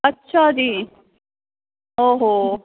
ਅੱਛਾ ਜੀ ਓ ਹੋ